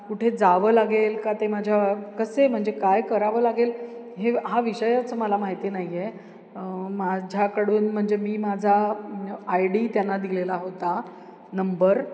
कुठे जावं लागेल का ते माझ्या कसे म्हणजे काय करावं लागेल हे हा विषयच मला माहिती नाही आहे माझ्याकडून म्हणजे मी माझा आय डी त्यांना दिलेला होता नंबर